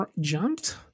jumped